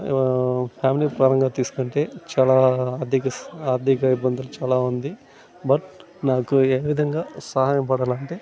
family పరంగా తీసుకుంటే చాలా ఆర్ధిక సా ఆర్ధిక ఇబ్బందులు చాలా ఉంది బట్ నాకు ఏ విధంగా సహాయపడాలంటే